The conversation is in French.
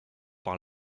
par